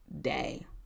day